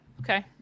Okay